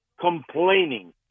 complaining